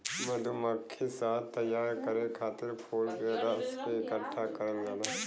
मधुमक्खी शहद तैयार करे खातिर फूल के रस के इकठ्ठा करल जाला